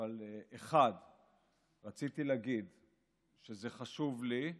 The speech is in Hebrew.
אבל 1. רציתי להגיד שזה חשוב לי,